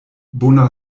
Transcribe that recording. bona